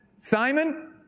Simon